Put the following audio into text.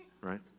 Right